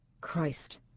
Christ